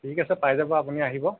ঠিক আছে পাই যাব আপুনি আহিব